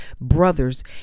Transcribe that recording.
brothers